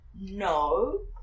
No